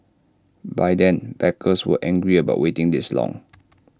by then backers were angry about waiting this long